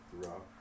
throughout